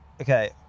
Okay